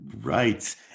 Right